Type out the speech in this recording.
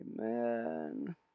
Amen